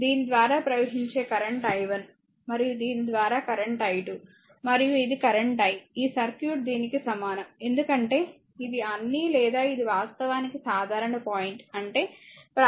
దీని ద్వారా ప్రవహించే కరెంట్ i1 మరియు దీని ద్వారా కరెంట్ i2 మరియు ఇది కరెంట్ i ఈ సర్క్యూట్ దీనికి సమానం ఎందుకంటే ఇది అన్నీ లేదా ఇది వాస్తవానికి సాధారణ పాయింట్ అంటేప్రాథమికంగా i i1 i2